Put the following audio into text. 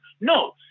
No